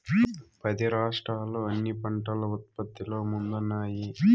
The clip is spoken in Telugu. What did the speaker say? పది రాష్ట్రాలు అన్ని పంటల ఉత్పత్తిలో ముందున్నాయి